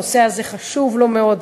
הנושא הזה חשוב לו מאוד,